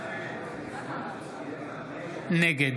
נגד